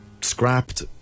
scrapped